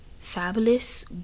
fabulous